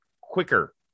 quicker